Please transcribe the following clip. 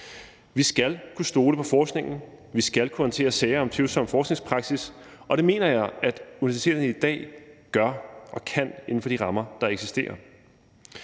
Vi skal kunne stole på forskningen, vi skal kunne håndtere sager om tvivlsom forskningspraksis, og det mener jeg at universiteterne i dag gør og kan inden for de rammer, der eksisterer.